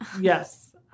Yes